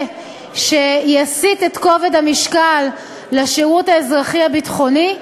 שיסיט את כובד המשקל לשירות האזרחי-הביטחוני,